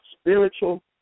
spiritual